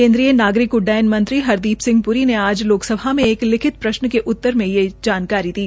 केन्द्रीय नागरिक उड्डयन मंत्री हरदी सिंह प्री ने आज लोकसभा में एक लिखित प्रश्न के उत्तर में ये जानकारी दी